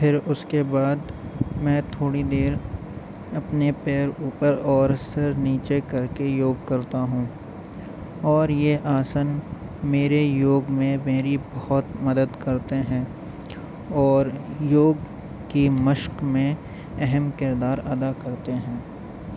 پھر اس کے بعد میں تھوڑی دیر اپنے پیر اوپر اور سر نیچے کر کے یوگ کرتا ہوں اور یہ آسن میرے یوگ میں میری بہت مدد کرتے ہیں اور یوگ کی مشق میں اہم کردار ادا کرتے ہیں